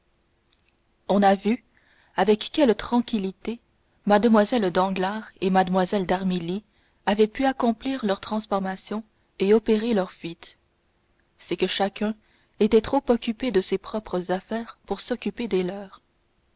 on a vu avec quelle tranquillité mlle danglars et mlle d'armilly avaient pu accomplir leur transformation et opérer leur fuite c'est que chacun était trop occupé de ses propres affaires pour s'occuper des leurs